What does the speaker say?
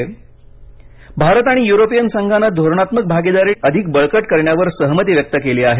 युरोपिय संघ भारत आणि युरोपिय संघानं धोरणात्मक भागिदारी अधिक बळकट करण्यावर सहमती व्यक्त केली आहे